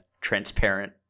transparent